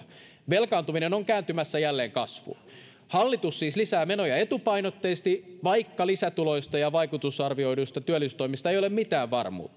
velkaantuminen on kääntymässä jälleen kasvuun hallitus siis lisää menoja etupainotteisesti vaikka lisätuloista ja vaikutusarvioiduista työllisyystoimista ei ole mitään varmuutta